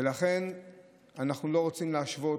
ולכן אנחנו לא רוצים להשוות,